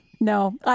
No